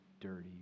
dirty